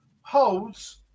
holds